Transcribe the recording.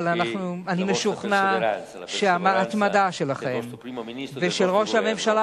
אבל אני משוכנע שבהתמדה שלכם ושל ראש הממשלה